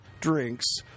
drinks